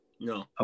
No